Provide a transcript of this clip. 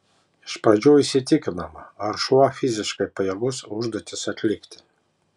iš pradžių įsitikinama ar šuo fiziškai pajėgus užduotis atlikti